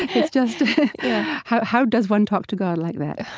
it's just how how does one talk to god like that?